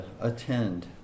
attend